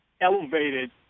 elevated